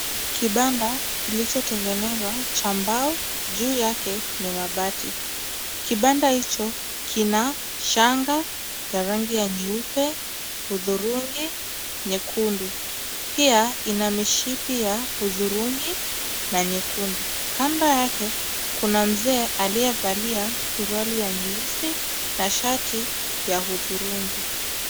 Kibanda kilichotengenezwa cha mbao. Juu yake ni mabati. Kibanda hicho kina shanga ya rangi ya nyeupe, hudhurungi, nyekundu. Pia ina mishipi ya hudhurungi na nyekundu. kando yake kuna mzee aliyevalia suruali ya nyeusi na shati ya hudhurungi.